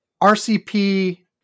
RCP